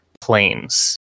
planes